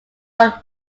one